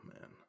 man